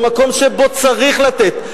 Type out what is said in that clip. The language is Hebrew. במקום שבו צריך לתת.